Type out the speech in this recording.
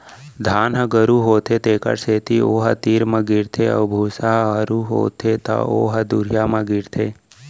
धान ह गरू होथे तेखर सेती ओ ह तीर म गिरथे अउ भूसा ह हरू होथे त ओ ह दुरिहा म गिरथे